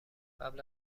قبل